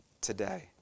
today